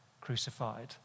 crucified